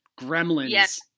Gremlins